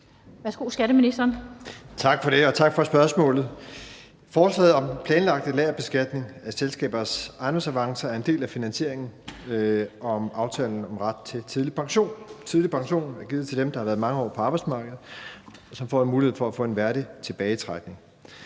14:51 Skatteministeren (Jeppe Bruus): Tak for det, og tak for spørgsmålet. Forslaget om den planlagte lagerbeskatning af selskabers ejendomsavancer er en del af finansieringen af aftalen om retten til en tidlig pension. Retten til en tidlig pension er givet til dem, der har været mange år på arbejdsmarkedet, og som får en mulighed for at få en værdig tilbagetrækning.